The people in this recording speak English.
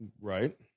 Right